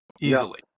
easily